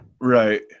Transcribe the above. Right